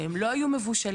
שהם לא היו מבושלים,